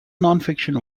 nonfiction